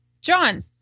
John